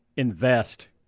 invest